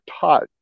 taught